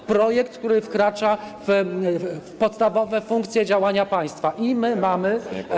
To projekt, który wkracza w podstawowe funkcje działania państwa, i my mamy.